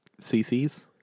CCs